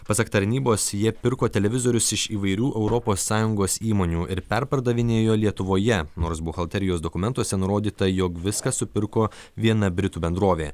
pasak tarnybos jie pirko televizorius iš įvairių europos sąjungos įmonių ir perpardavinėjo lietuvoje nors buhalterijos dokumentuose nurodyta jog viską supirko viena britų bendrovė